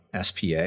SPA